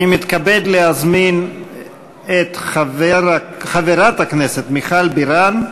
אני מתכבד להזמין את חברת הכנסת מיכל בירן,